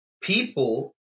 People